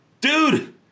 Dude